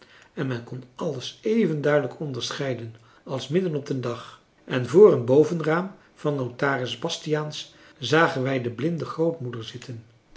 en men kon alles even duidelijk onderscheiden als midden op den dag en voor een bovenraam van notaris bastiaans zagen wij de blinde grootmoeder zitten